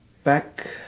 Back